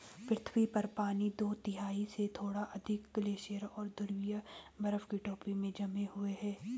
पृथ्वी पर पानी दो तिहाई से थोड़ा अधिक ग्लेशियरों और ध्रुवीय बर्फ की टोपी में जमे हुए है